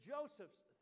Joseph's